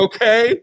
Okay